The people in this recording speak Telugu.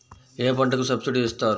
ఏ పంటకు సబ్సిడీ ఇస్తారు?